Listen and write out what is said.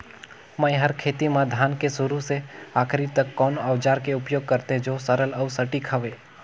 मै हर खेती म धान के शुरू से आखिरी तक कोन औजार के उपयोग करते जो सरल अउ सटीक हवे?